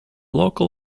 local